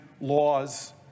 laws